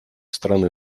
страны